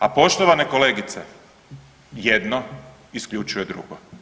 A poštovane kolegice jedno isključuje drugo.